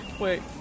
Wait